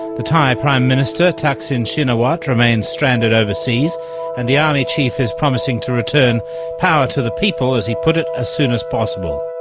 the thai prime minister, thaksin sinawat, remains stranded overseas and the army chief is promising to return power to the people, as he put it, as soon as possible.